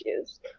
issues